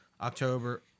October